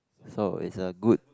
so it's a good